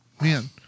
man